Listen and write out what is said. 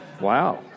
Wow